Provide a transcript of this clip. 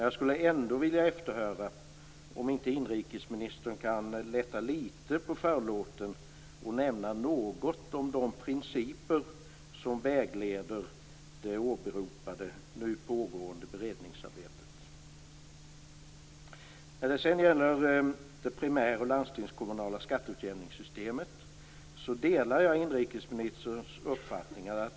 Jag skulle ändå vilja efterhöra om inte inrikesministern kan lätta litet på förlåten och nämna något om de principer som vägleder det åberopade nu pågående beredningsarbetet. När det sedan gäller det primär och landstingskommunala skatteutjämningssystemet delar jag inrikesministerns uppfattning.